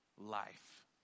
life